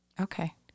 Okay